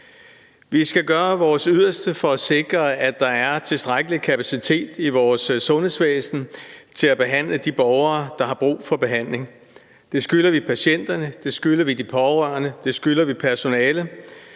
Vi skal gøre vores yderste for at sikre, at der er tilstrækkelig kapacitet i vores sundhedsvæsen til at behandle de borgere, der har brug for behandling. Det skylder vi patienterne, det skylder vi de pårørende, det skylder vi personalet.